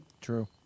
True